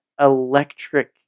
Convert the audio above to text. electric